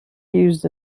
used